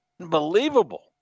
unbelievable